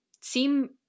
seem